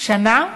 שנה?